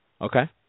Okay